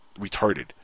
retarded